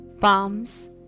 Palms